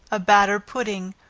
a batter pudding,